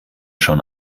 schon